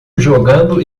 jogando